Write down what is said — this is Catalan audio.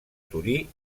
torí